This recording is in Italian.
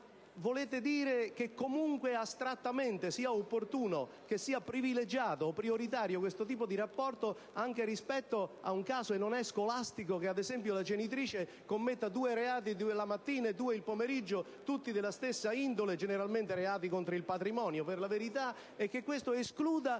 volete dire che comunque, astrattamente, sia opportuno privilegiare questo tipo di rapporto anche rispetto ad un caso - e non è scolastico - che veda, ad esempio, la genitrice commettere due reati, uno la mattina ed uno il pomeriggio, tutti della stessa indole (generalmente reati contro il patrimonio per la verità), e che questo escluda